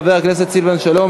חבר הכנסת סילבן שלום.